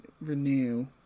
Renew